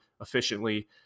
efficiently